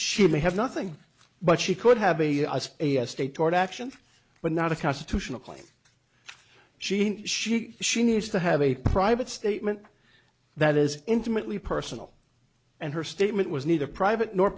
she may have nothing but she could have a state court action but not a constitutional claim she she she needs to have a private statement that is intimately personal and her statement was neither private nor